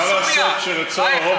ומה לעשות שרצון הרוב